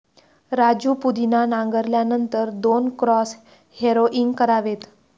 राजू पुदिना नांगरल्यानंतर दोन क्रॉस हॅरोइंग करावेत